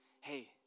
Hey